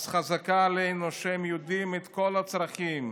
חזקה עלינו שהם יודעים את כל הצרכים,